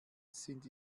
sind